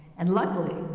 and luckily,